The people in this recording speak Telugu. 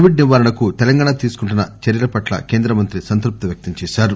కోవిడ్ నివారణకు తెలంగాణ తీసుకుంటున్న చర్చల పట్ల కేంద్ర మంత్రి సంతృప్తి వ్యక్తంచేశారు